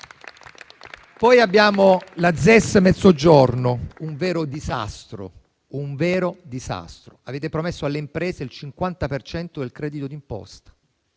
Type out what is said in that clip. Poi abbiamo la ZES Mezzogiorno, che è un vero disastro. Avete promesso alle imprese il 50 per cento del credito d'imposta.